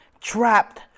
trapped